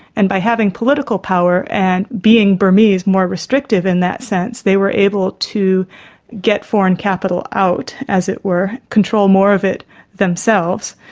and by having political power and being burmese more restrictive in that sense, they were able to get foreign capital out, as it were, control more of it themselves,